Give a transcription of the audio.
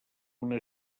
una